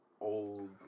old